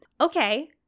okay